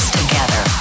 together